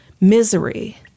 Misery